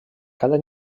cada